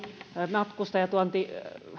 matkustajatuonti